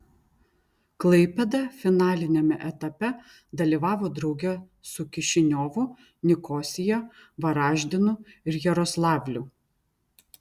klaipėda finaliniame etape dalyvavo drauge su kišiniovu nikosija varaždinu ir jaroslavliu